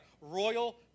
royal